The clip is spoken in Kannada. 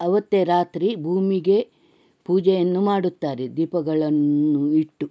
ಅವತ್ತೇ ರಾತ್ರಿ ಭೂಮಿಗೆ ಪೂಜೆಯನ್ನು ಮಾಡುತ್ತಾರೆ ದೀಪಗಳನ್ನು ಇಟ್ಟು